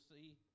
see